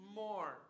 more